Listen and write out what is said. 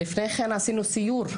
לפני כן גם עשינו שם סיור.